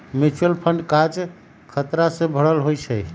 mutual fund काज़ खतरा से भरल होइ छइ